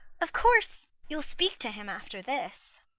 of course you'll speak to him after this.